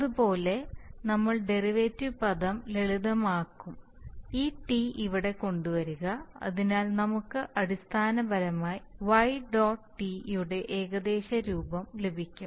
അതുപോലെ നമ്മൾ ഡെറിവേറ്റീവ് പദം ലളിതമാക്കും ഈ T ഇവിടെ കൊണ്ടുവരിക അതിനാൽ നമുക്ക് അടിസ്ഥാനപരമായി y ഡോട്ട് t യുടെ ഏകദേശ രൂപം ലഭിക്കും